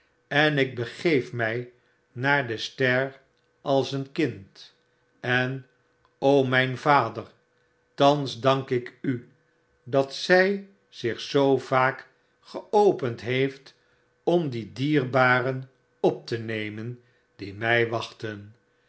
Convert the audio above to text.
en ik begeef mij naar de ster als een kind en o mijn vader thans dank ik u dat zy zich zoo vaak geopend heeft om die dierbaren op te nemen die mij wachten